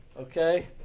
Okay